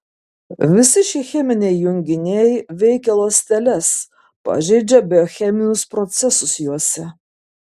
visi šie cheminiai junginiai veikia ląsteles pažeidžia biocheminius procesus juose